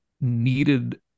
needed